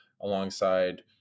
alongside